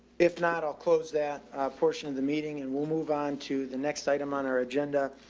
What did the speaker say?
if not, i'll close that portion of the meeting and we'll move on to the next item on our agenda,